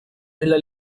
nella